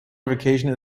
vacation